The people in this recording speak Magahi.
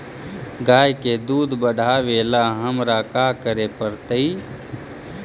गाय के दुध बढ़ावेला हमरा का करे पड़तई?